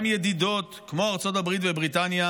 גם ידידות כמו ארצות הברית ובריטניה,